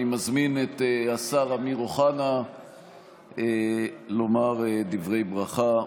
אני מזמין את השר אמיר אוחנה לומר דברי ברכה,